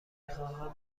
خواهم